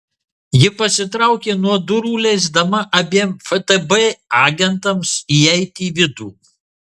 ji pasitraukė nuo durų leisdama abiem ftb agentams įeiti į vidų